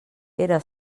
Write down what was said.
era